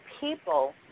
people